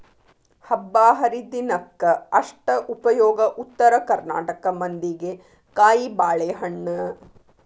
ಹಬ್ಬಾಹರಿದಿನಕ್ಕ ಅಷ್ಟ ಉಪಯೋಗ ಉತ್ತರ ಕರ್ನಾಟಕ ಮಂದಿಗೆ ಕಾಯಿಬಾಳೇಹಣ್ಣ